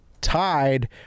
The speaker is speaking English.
tied